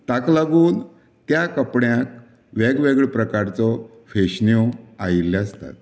ताका लागून त्या कपड्याक वेगवेगळ्या प्रकाराच्यो फेशनो आयिल्ले आसतात